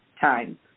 time